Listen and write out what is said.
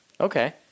Okay